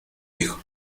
hijo